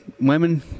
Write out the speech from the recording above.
women